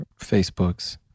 Facebooks